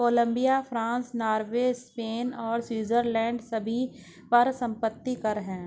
Colombia, France, Norway, Spain और Switzerland सभी पर संपत्ति कर हैं